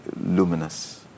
luminous